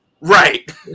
Right